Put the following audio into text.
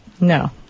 No